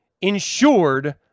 insured